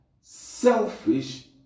selfish